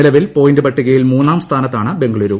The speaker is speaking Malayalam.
നിലവിൽ പോയിന്റ് പട്ടികയിൽ മ്മൂന്നാം സ്ഥാനത്താണ് ബെംഗളുരൂ